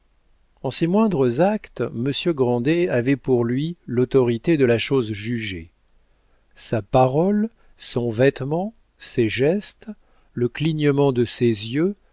en ses moindres actes monsieur grandet avait pour lui l'autorité de la chose jugée sa parole son vêtement ses gestes le clignement de ses yeux